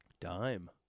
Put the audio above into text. dime